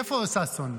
איפה ששון,